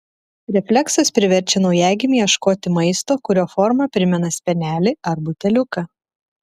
refleksas priverčia naujagimį ieškoti maisto kurio forma primena spenelį ar buteliuką